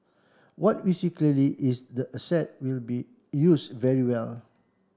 what we see clearly is the asset will be used very well